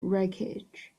wreckage